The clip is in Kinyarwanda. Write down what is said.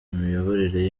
imiyoborere